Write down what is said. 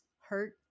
hurt